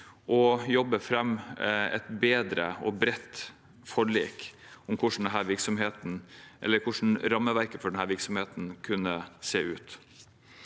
og jobbe fram et bedre og bredt forlik om hvordan rammeverket for denne virksomheten kunne se ut.